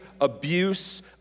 abuse